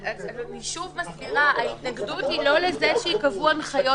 אני שוב מזכירה שההתנגדות היא לא לזה שייקבעו הנחיות